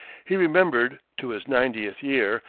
he remembered, to his ninetieth year,